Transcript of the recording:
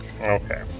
Okay